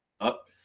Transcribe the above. up